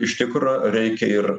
iš tikro reikia ir